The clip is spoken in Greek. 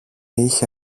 είχε